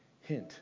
Hint